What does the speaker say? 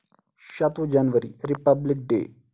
شَتہٕ وُہ January Republic day